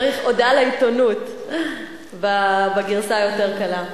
צריך הודעה לעיתונות בגרסה היותר קלה.